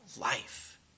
life